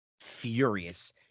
furious